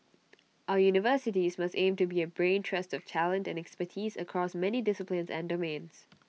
our universities must aim to be A brain trust of talent and expertise across many disciplines and domains